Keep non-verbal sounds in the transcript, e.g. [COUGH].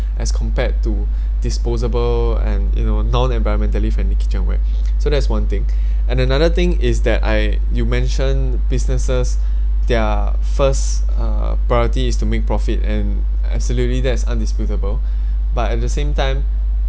as compared to disposable and you know non environmentally friendly kitchenware so that's one thing [BREATH] and another thing is that I you mentioned businesses their first uh priority is to make profit and absolutely that's undisputable but at the same time